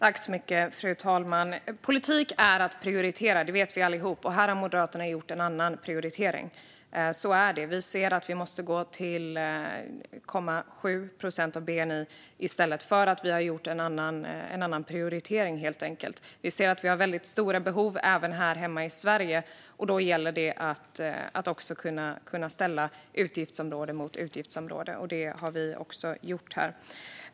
Fru talman! Politik är att prioritera - det vet vi allihop. Och här har Moderaterna gjort en annan prioritering. Så är det. Vi ser att vi måste gå till 0,7 procent av bni i stället. Vi har gjort en annan prioritering, helt enkelt. Vi ser att vi har väldigt stora behov även här hemma i Sverige. Då gäller det att också kunna ställa utgiftsområde mot utgiftsområde, och det har vi gjort här.